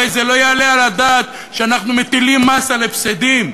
הרי לא יעלה על הדעת שאנחנו מטילים מס על הפסדים.